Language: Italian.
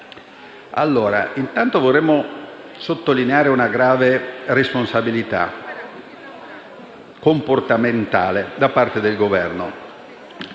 Intanto vorremmo sottolineare una grave responsabilità comportamentale del Governo: